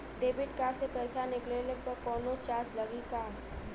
Debit card से पैसा निकलले पर कौनो चार्ज लागि का?